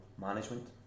Management